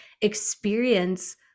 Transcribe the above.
experience